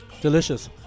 Delicious